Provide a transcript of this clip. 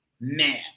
Man